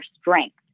strength